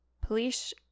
police